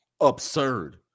absurd